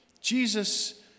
Jesus